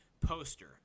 poster